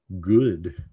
good